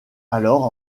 alors